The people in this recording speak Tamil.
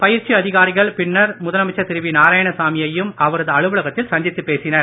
பயிற்சி அதிகாரிகள் பின்னர் முதலமைச்சர் திரு வி நாராயணசாமியையும் அவரது அலுவலகத்தில் சந்தித்துப் பேசினர்